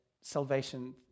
salvation